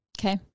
Okay